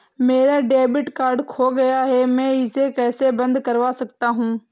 मेरा debit card खो गया है मैं इसे कैसे बंद करवा सकता हूँ?